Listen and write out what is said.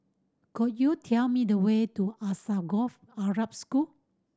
could you tell me the way to Alsagoff Arab School